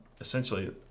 essentially